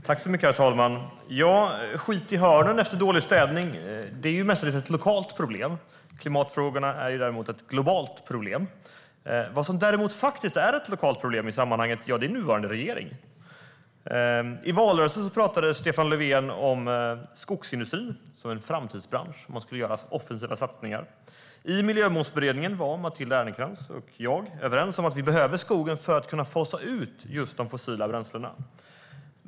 Herr talman! Skit i hörnen efter dålig städning är mestadels ett lokalt problem. Klimatfrågorna däremot är ett globalt problem. Vad som faktiskt är ett lokalt problem i sammanhanget är nuvarande regering. I valrörelsen talade Stefan Löfven om skogsindustrin som en framtidsbransch som man skulle göra offensiva satsningar på. I Miljömålsberedningen var Matilda Ernkrans och jag överens om att vi behöver skogen för att kunna fasa ut de fossila bränslena.